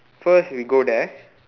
first we go there